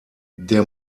der